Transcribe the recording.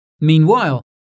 Meanwhile